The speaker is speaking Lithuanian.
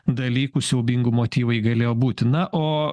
dalykų siaubingų motyvai galėjo būti na o